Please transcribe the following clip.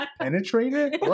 Penetrated